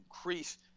increase